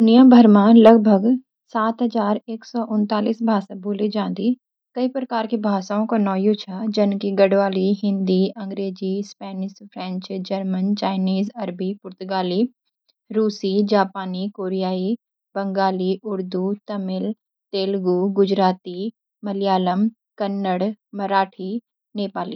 दुनियाभर म लगभग सात हजार एक सौ उन्तालीस भाषा बोली जादी। कई प्रकार की भाषाओं कु नौ यू छ जन की Angrezi Garhwali, Hindi, Spanish French German Chinese (Mandarin) अरबी पुर्तगाली रूसी जापानी कोरियाई बंगाली उर्दू तमिल तेलुगु गुजराती मलयालम कन्नड़ मराठी नेपाली